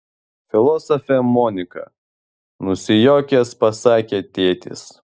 filosofė monika nusijuokęs pasakė tėtis